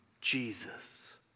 Jesus